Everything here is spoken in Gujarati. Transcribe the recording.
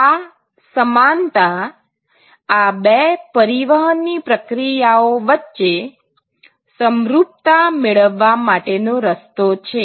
આ સમાનતા આ બે પરિવહનની પ્રક્રિયાઓ વચ્ચે સમરૂપતા મેળવવા માટે નો રસ્તો છે